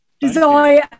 Design